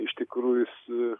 iš tikrųjų jis